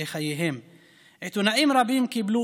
וזה גורם לעיתונאים המקצועיים